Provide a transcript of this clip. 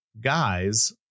guys